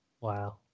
Wow